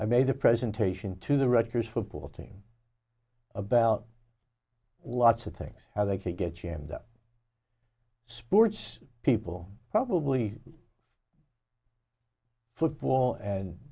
i made a presentation to the rutgers football team about lots of things how they could get you and the sports people probably football and